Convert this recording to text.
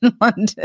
London